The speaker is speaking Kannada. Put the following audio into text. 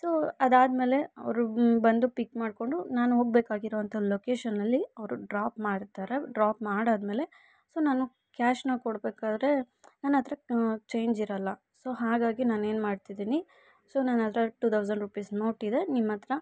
ಸೋ ಅದಾದಮೇಲೆ ಅವರು ಬಂದು ಪಿಕ್ ಮಾಡಿಕೊಂಡು ನಾನು ಹೋಗಬೇಕಾಗಿರೊ ಅಂಥ ಲೋಕೇಷನಲ್ಲಿ ಅವರು ಡ್ರಾಪ್ ಮಾಡ್ತಾರೆ ಡ್ರಾಪ್ ಮಾಡಾದಮೇಲೆ ಸೊ ನಾನು ಕ್ಯಾಶ್ನ ಕೊಡಬೇಕಾದ್ರೆ ನನ್ನಹತ್ರ ಚೇಂಜ್ ಇರಲ್ಲ ಸೊ ಹಾಗಾಗಿ ನಾನು ಏನ್ಮಾಡ್ತಿದ್ದೀನಿ ಸೊ ನನ್ನಹತ್ರ ಟು ತೌಸಂಡ್ ರುಪೀಸ್ ನೋಟಿದೆ ನಿಮ್ಮಹತ್ರ